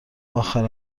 آخر